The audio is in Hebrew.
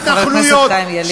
חבר הכנסת חיים ילין.